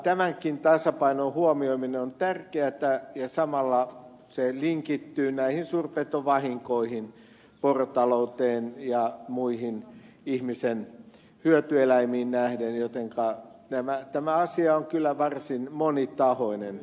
tämänkin tasapainon huomioiminen on tärkeätä ja samalla se linkittyy näihin suurpetovahinkoihin porotalouteen ja muihin ihmisen hyötyeläimiin nähden jotenka tämä asia on kyllä varsin monitahoinen